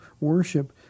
worship